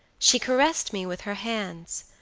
she caressed me with her hands,